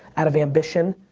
out of ambition.